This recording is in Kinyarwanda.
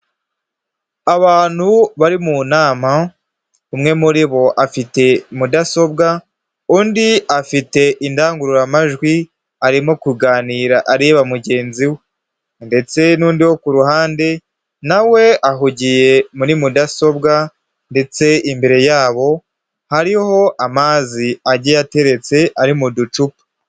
Abantu bari mu nama, umwe muri bo afite mudasobwa undi afite indangururamajwi arimo kuganira areba mugenzi we, ndetse n'undi wo ku ruhande nawe ahugiye muri mudasobwa. Ndetse imbere yabo hariho amazi ajye ateretse ari mu ducupa.